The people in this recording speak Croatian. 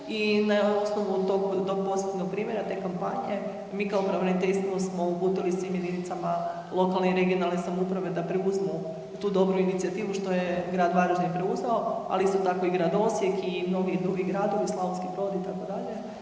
i na osnovu tog pozitivnog primjera te kampanje mi kao pravobraniteljstvo smo uputili svim jedinicama lokalne i regionalne samouprave da preuzmu tu dobru inicijativu što je grad Varaždin preuzeo, ali isto tako i grad Osijek i mnogi drugi gradovi, Slavonski Brod itd.